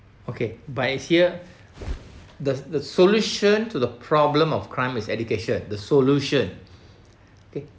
okay but it's here the the solution to the problem of crime is education the solution okay